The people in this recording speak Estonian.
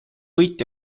võit